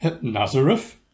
Nazareth